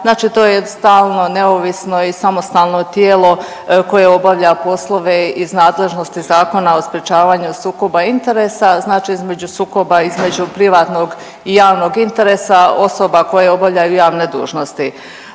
znači to je stalno, neovisno i samostalno tijelo koje obavlja poslove iz nadležnosti Zakona o sprječavanju sukoba interesa. Znači između sukoba između privatnog i javnog interesa osoba koje obavljaju javne dužnosti.